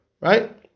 right